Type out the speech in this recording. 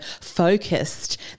focused